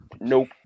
Nope